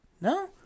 no